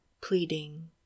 pleading